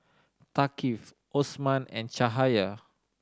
Thaqif Osman and Cahaya